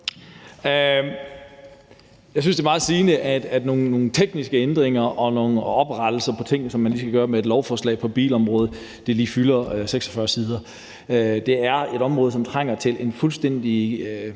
synes jeg, det er meget sigende, at nogle tekniske ændringer og nogle ting, der lige skal rettes op på i et lovforslag på bilområdet, fylder 46 sider. Det er et område, som trænger til en fuldstændig